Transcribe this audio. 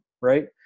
right